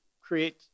create